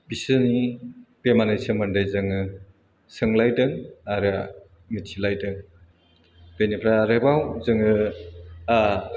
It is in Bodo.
बिसोरनि बेरामनि सोमोन्दै जोङो सोंलायदों आरो मिथिलाइदों बेनिफ्राय आरोबाव जोङो ओह